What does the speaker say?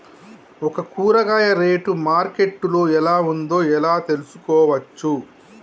ఒక కూరగాయ rate market లో ఎలా ఉందో ఎలా తెలుసుకోవచ్చు?